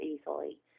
easily